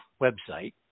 website